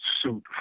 suit